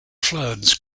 floods